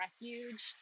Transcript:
Refuge